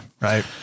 Right